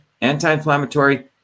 Anti-inflammatory